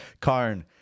Karn